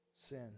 sin